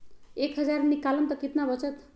एक हज़ार निकालम त कितना वचत?